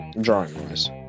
drawing-wise